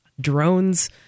drones